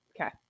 Okay